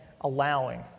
Allowing